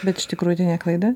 bet iš tikrųjų tai ne klaida